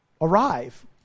arrive